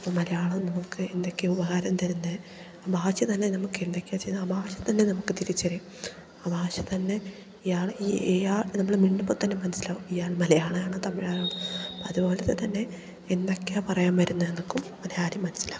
അപ്പം മലയാളം നമുക്ക് എന്തെക്കെയോ ഉപകാരം തരുന്നത് ഭാഷ തന്നെ നമുക്ക് എന്തൊക്കെയോ ചെയ്യുന്നത് ആ ഭാഷ തന്നെ നമുക്ക് തിരിച്ചറിയാം ആ ഭാഷ തന്നെ ഇയാൾ നമ്മൾ മിണ്ടുമ്പം തന്നെ മനസ്സിലാവും ഇയാൾ മലയാളമാണ് തമിഴാണ് അതുപോലെ തന്നെ എന്തൊക്കെയാണ് പറയാൻ വരുന്നത് നമുക്കും അത് ആദ്യം മനസ്സിലാകും